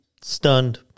stunned